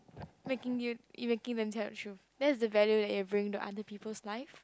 making you in making them tell the truth that's the value that you are bringing to other people's life